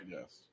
Yes